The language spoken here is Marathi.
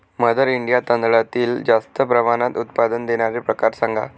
मदर इंडिया तांदळातील जास्त प्रमाणात उत्पादन देणारे प्रकार सांगा